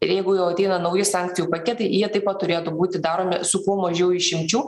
jeigu jau ateina nauji sankcijų paketai jie taip pat turėtų būti daromi su kuo mažiau išimčių